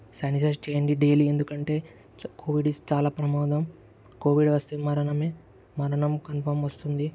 sanitise చెయ్యండి daily ఎందుకంటే చా కోవిడ్ ఇస్ చాలా ప్రమాదం కోవిడ్ వస్తే మరణమే మరణం కన్ఫార్మ్ వస్తుంది